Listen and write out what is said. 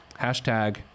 Hashtag